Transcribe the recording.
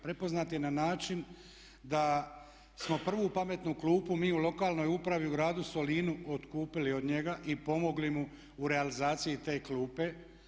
Prepoznat je na način da smo prvu pametnu klupu mi u lokalnoj upravi u Gradu Solinu otkupili od njega i pomogli mu u realizaciji te klupe.